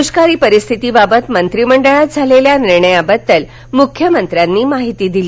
दुष्काळी परिस्थितीबाबत मंत्रिमंडळात झालेल्या निर्णयाबद्दल मुख्यमंत्र्यांनी माहिती दिली